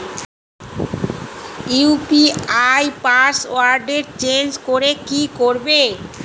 UPI পাসওয়ার্ডটা change করে কি করে?